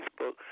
Facebook